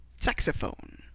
saxophone